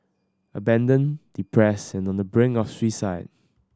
abandoned depressed and on the brink of suicide